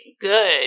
good